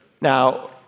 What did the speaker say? Now